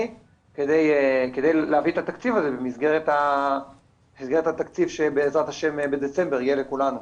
כדי להביא את התקציב הזה במסגרת התקציב שבדצמבר יהיה לכולנו.